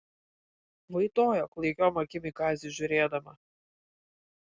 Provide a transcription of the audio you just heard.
vaitojo klaikiom akim į kazį žiūrėdama